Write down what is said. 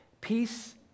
Peace